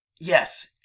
Yes